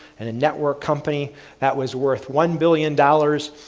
and a network company that was worth one billion dollars.